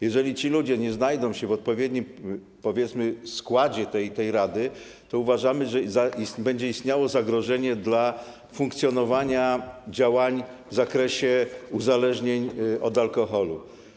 Jeżeli ci ludzie nie znajdą się w odpowiednim, powiedzmy, składzie tej rady, to uważamy, że będzie istniało zagrożenie dla funkcjonowania działań w zakresie uzależnień od alkoholu.